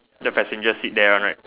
let passengers sit there one right